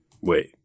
Wait